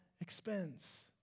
expense